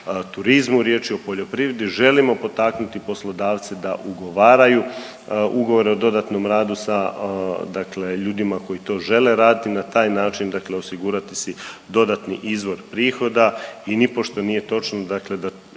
turizmu, riječ je o poljoprivredi, želimo potaknuti poslodavce da ugovaraju ugovore o dodatnom radu sa dakle ljudima koji to žele raditi i na taj način dakle osigurati si dodatni izvor prihoda i nipošto nije točno dakle da